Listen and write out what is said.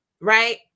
right